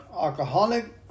alcoholic